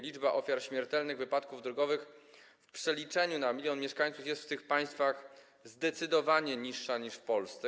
Liczba ofiar śmiertelnych wypadków drogowych w przeliczeniu na milion mieszkańców jest w tych państwach zdecydowanie niższa niż w Polsce.